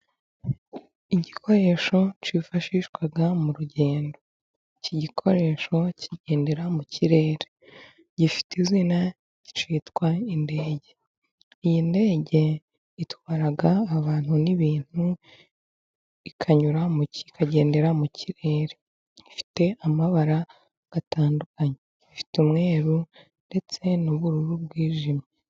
Igikoresho cifashishwaga mu rugendo, iki gikoresho kigendera mu kirere gifite izina citwa indege. Iyi ndege itwaraga abantu n'ibintu ikanyura mu kirere ikagendera mu kirere ifite amabara atandukanye: ifite umweru ndetse n'ubururu bwijimye.